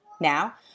Now